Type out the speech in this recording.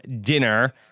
dinner